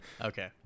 Okay